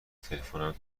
تلفنم